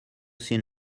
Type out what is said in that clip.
seen